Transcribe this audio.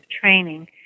training